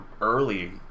early